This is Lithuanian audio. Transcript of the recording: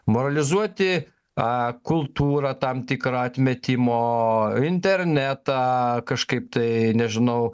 moralizuoti a kultūrą tam tikra atmetimo internetą kažkaip tai nežinau